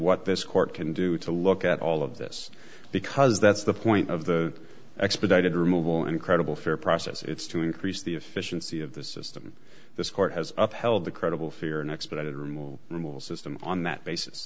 what this court can do to look at all of this because that's the point of the expedited removal incredible fair process it's to increase the efficiency of the system this court has upheld the credible fear an expedited removal removal system on that basis